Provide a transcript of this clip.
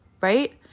right